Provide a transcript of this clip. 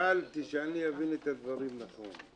שאלתי שאבין את הדברים נכון.